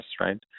right